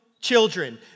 children